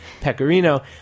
Pecorino